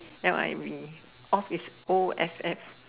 L I V E off is O F F